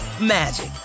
magic